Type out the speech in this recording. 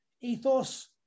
ethos